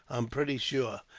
i'm pretty sure.